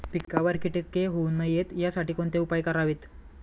पिकावर किटके होऊ नयेत यासाठी कोणते उपाय करावेत?